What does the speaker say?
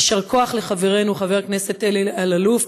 יישר כוח לחברנו חבר הכנסת אלי אלאלוף,